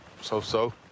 so-so